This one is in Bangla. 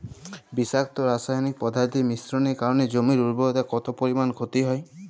বিষাক্ত রাসায়নিক পদার্থের মিশ্রণের কারণে জমির উর্বরতা কত পরিমাণ ক্ষতি হয়?